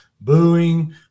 booing